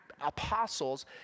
apostles